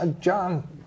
John